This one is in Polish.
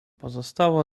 pozostało